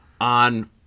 on